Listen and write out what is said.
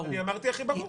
אמרתי הכי ברור.